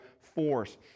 force